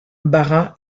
barra